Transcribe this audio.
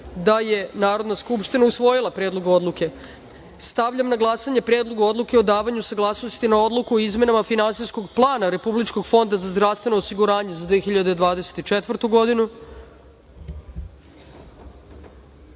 da je Narodna skupština usvojila Predlog odluke. Stavljam na glasanje Predlog odluke o davanju saglasnosti na Odluku o izmenama Finansijskog plana Republičkog fonda za zdravstveno osiguranje za 2024.